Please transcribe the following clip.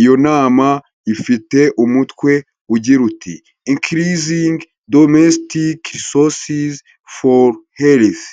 iyo nama ifite umutwe ugira uti: increasing domestic resources for health.